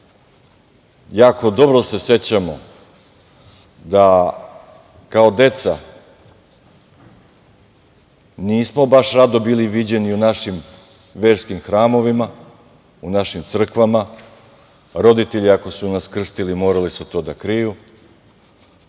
jako dobro se sećamo da kao deca nismo baš rado bili viđeni u našim verskim hramovima, u našim crkvama. Roditelji ako su nas krstili morali su to da kriju.